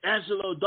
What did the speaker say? Angelo